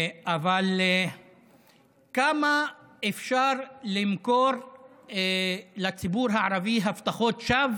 כמה אפשר למכור לציבור הערבי הבטחות שווא